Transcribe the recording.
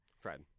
fred